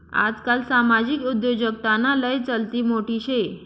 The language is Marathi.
आजकाल सामाजिक उद्योजकताना लय चलती मोठी शे